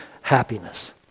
happiness